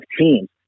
teams